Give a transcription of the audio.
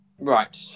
Right